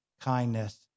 kindness